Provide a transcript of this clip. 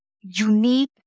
unique